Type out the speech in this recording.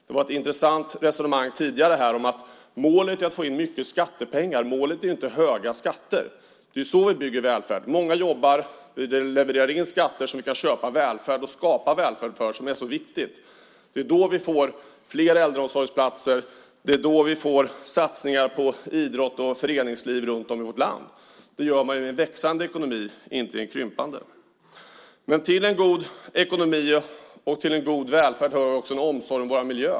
Det var ett intressant resonemang tidigare här om att målet är att få in mycket skattepengar. Målet är inte höga skatter. Det är så vi bygger välfärd. Många jobbar och levererar in skatter som vi kan köpa välfärd för och skapa välfärd för som är så viktigt. Det är då vi får fler äldreomsorgsplatser. Det är då vi får satsningar på idrotts och föreningsliv runt om i vårt land. Det gör man i en växande ekonomi, inte i en krympande. Till en god ekonomi och god välfärd hör också omsorg om vår miljö.